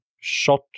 shot